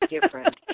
different